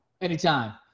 anytime